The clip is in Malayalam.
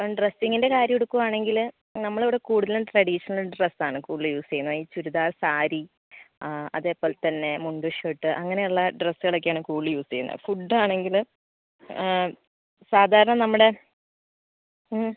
ഇപ്പോൾ ഡ്രസ്സിംഗിന്റെ കാര്യം എടുക്കുവാണെങ്കിൽ നമ്മളിവിടെ കൂടുതലും ട്രഡീഷണൽ ഡ്രസ്സാണ് കൂടുതൽ യൂസ് ചെയ്യുന്നത് ഈ ചുരിദാർ സാരി അതേപോലെ തന്നെ മുണ്ട് ഷർട്ട് അങ്ങനെയുള്ള ഡ്രസ്സുകളൊക്കെയാണ് കൂടുതൽ യൂസ് ചെയ്യുന്നത് ഫുഡ് ആണെങ്കിൽ സാധാരണ നമ്മുടെ മ്